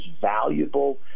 valuable